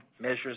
measures